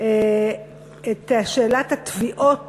את שאלת התביעות